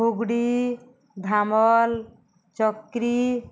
ହୁଗଡ଼ି ଧାମଲ ଚକ୍ରୀ